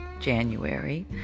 January